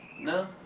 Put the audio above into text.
No